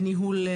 בניהול,